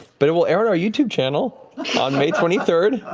but it will air and our youtube channel on may twenty third.